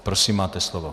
Prosím, máte slovo.